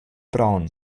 braun